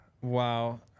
Wow